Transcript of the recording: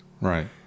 Right